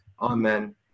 Amen